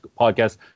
podcast